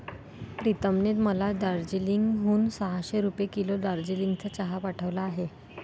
प्रीतमने मला दार्जिलिंग हून सहाशे रुपये किलो दार्जिलिंगचा चहा पाठवला आहे